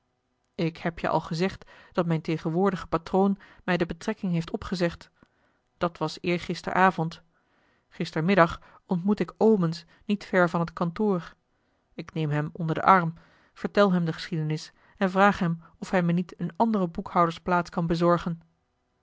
ik heb je al gezegd dat mijn tegenwoordige patroon mij de betrekking heeft opgezegd dat was eergisteravond gistermiddag ontmoet ik omens niet ver van het kantoor ik neem hem onder den arm vertel hem de geschiedenis en vraag hem of hij me niet eene andere boekhoudersplaats kan bezorgen